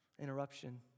Interruption